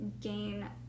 gain